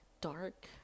dark